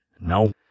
No